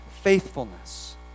faithfulness